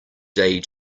day